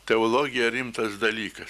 teologija rimtas dalykas